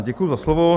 Děkuji za slovo.